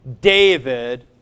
David